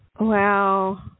Wow